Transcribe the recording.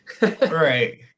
Right